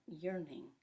yearning